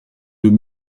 deux